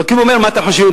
אלוקים אומר: מה אתם חושבים,